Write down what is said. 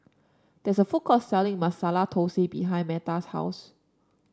there is a food court selling Masala Thosai behind Metta's house